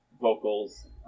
vocals